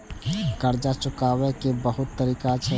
कर्जा चुकाव के बहुत तरीका छै?